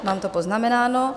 Mám to poznamenáno.